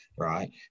right